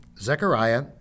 Zechariah